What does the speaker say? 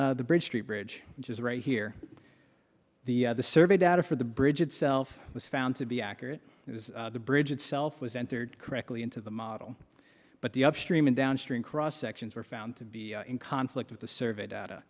is the bridge street bridge which is right here the survey data for the bridge itself was found to be accurate it was the bridge itself was entered correctly into the model but the upstream and downstream cross sections were found to be in conflict with the survey data